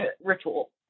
ritual